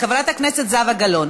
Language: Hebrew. חברת הכנסת זהבה גלאון,